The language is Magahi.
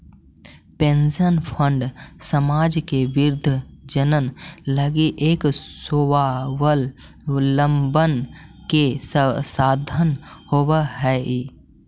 पेंशन फंड समाज के वृद्धजन लगी एक स्वाबलंबन के साधन होवऽ हई